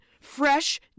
Fresh